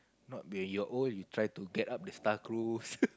not when you're old you try to get up the star cruise